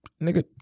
nigga